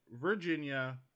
Virginia